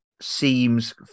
seems